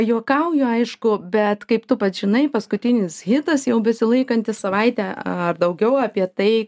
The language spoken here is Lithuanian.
juokauju aišku bet kaip tu pats žinai paskutinis hitas jau besilaikantis savaitę ar daugiau apie tai